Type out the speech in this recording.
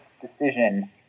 decision